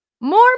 more